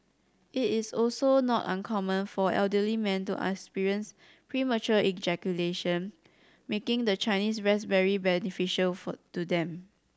it is also not uncommon for elderly men to experience premature ejaculation making the Chinese raspberry beneficial for to them